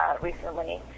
recently